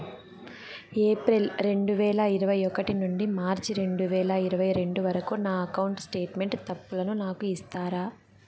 April రెండు వేల ఇరవై ఒకటి నుండి మార్చ్ రెండు వేల ఇరవై రెండు వరకు నా అకౌంట్ స్టేట్మెంట్ తప్పులను నాకు ఇస్తారా?